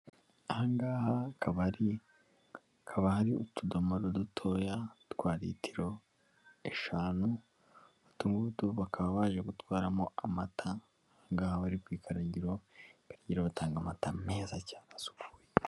Aha ngaha kabari kaba hari utudomoro dutoya twa litiro eshanu, utungutu bakaba baje gutwara mo amata ahangaha bari ku ikagiro, ikagira batanga amata meza cyane asukuye.